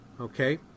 Okay